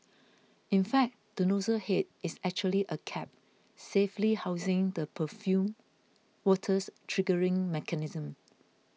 in fact the nozzle head is actually a cap safely housing the perfumed water's triggering mechanism